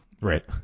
Right